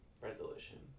resolution